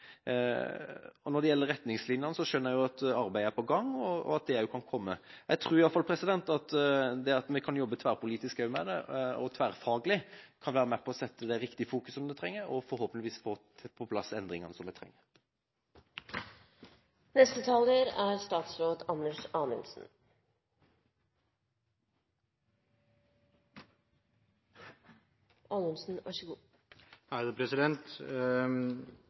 avhørene. Når det gjelder retningslinjene, skjønner jeg jo at arbeidet er på gang, og at det også kan komme. Jeg tror at det at vi kan jobbe tverrpolitisk og tverrfaglig med det, kan være med på å sette det riktige fokuset som det trenger, for forhåpentligvis å få på plass endringene som vi trenger. Ja, engasjementet er